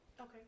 Okay